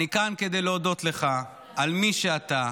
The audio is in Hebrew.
אני כאן כדי להודות לך על מי שאתה,